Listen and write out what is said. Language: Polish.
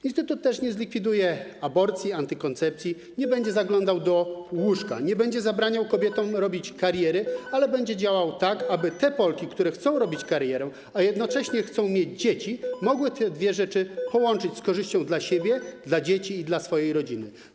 Instytut nie zlikwiduje też aborcji, antykoncepcji, nie będzie zaglądał do łóżka, nie będzie zabraniał kobietom robić kariery, ale będzie działał tak, aby te Polki, które chcą robić karierę, a jednocześnie chcą mieć dzieci, mogły te dwie rzeczy połączyć z korzyścią dla siebie, dla dzieci i dla swojej rodziny.